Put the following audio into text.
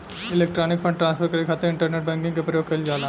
electronic fund transfer करे खातिर internet banking के प्रयोग कईल जाला